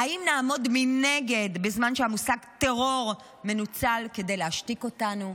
האם נעמוד מנגד בזמן שהמושג טרור מנוצל כדי להשתיק אותנו,